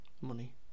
Money